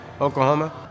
Oklahoma